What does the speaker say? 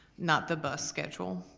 not the bus schedule.